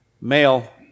male